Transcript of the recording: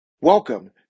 Welcome